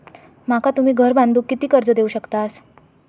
माका तुम्ही घर बांधूक किती कर्ज देवू शकतास?